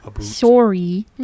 Sorry